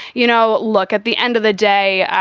you know, look at the end of the day.